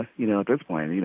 ah you know, at this point, you